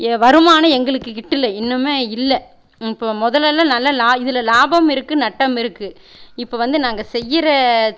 ஏ வருமானம் எங்களுக்கு கிட்டல இன்னமுமே இல்லை இப்போது முதலெல்லாம் நல்லா லா இதில் லாபம் இருக்குது நட்டம் இருக்குது இப்போது வந்து நாங்கள் செய்கிற